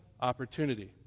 opportunity